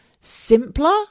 simpler